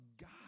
God